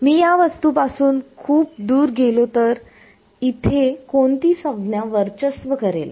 मी या वस्तू पासून खूप दूर गेलो तर इथे कोणती संज्ञा वर्चस्व करेल